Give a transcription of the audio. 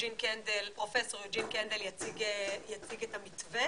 פרופ' יוג'ין קנדל יציג את המתווה